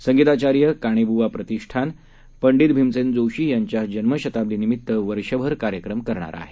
संगीताचार्यकाणेबुवाप्रतिष्ठान पंडितभीमसेनजोशीयांच्याजन्मशताब्दीनिमित्तवर्षभरकार्यक्रमकरणारआहे